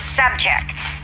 subjects